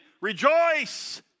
rejoice